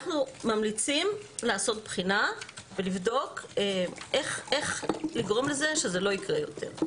אנחנו ממליצים לעשות בחינה ולבדוק איך לגרום לזה שזה לא יקרה יותר.